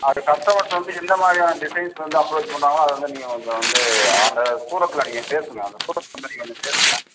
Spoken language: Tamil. அது கஸ்டமர்ஸ் வந்து எந்தமாதிரியான டிசைன்ஸ் வந்து அப்ரோச் பண்ணுறாங்களோ அதை வந்து நீங்கள் கொஞ்சம் வந்து அங்கே சூரத்தில நீங்கள் பேசுங்கள் அந்த சூரத் கம்பெனிகிட்ட கொஞ்சம் பேசுங்கள்